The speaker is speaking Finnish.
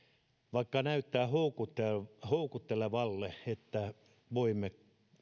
vaikka näyttää houkuttelevalle houkuttelevalle että voimme